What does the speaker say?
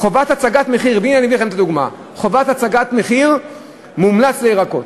חובת הצגת מחיר מומלץ לירקות,